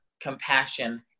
compassion